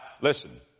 listen